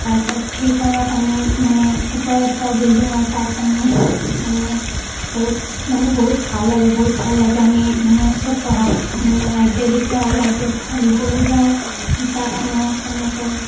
তাৰপিছত ফ্ৰি টাইমত আমি মানে ওপৰত যাওঁ বিল্ডিঙৰ তাত আমি মানে বহুত মানে বহুত ভাল আৰু বহুত ভাল লাগে আমি মানে চব পঢ়া মানে লাইব্ৰেৰীত যাওঁ লাইব্ৰেৰীত পঢ়িবলৈ যাওঁ কিতাপ আনো সেনেকৈ